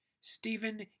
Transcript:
Stephen